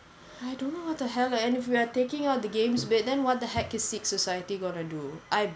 I don't know what the hell and if we are taking out the games bit then what the heck is sikh society gonna do